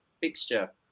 fixture